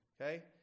Okay